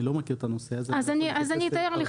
אני לא מכיר את הנושא הזה --- אז אני אתאר לך